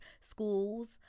schools